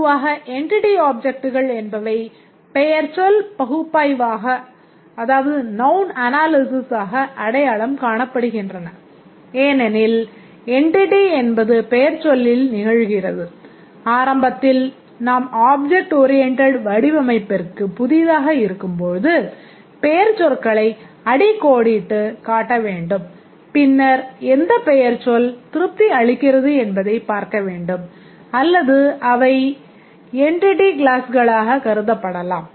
பொதுவாக என்டிட்டி அப்ஜெக்ட்கள் கருதப்படலாம்